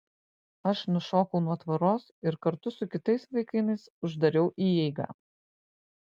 aš nušokau nuo tvoros ir kartu su kitais vaikinais uždariau įeigą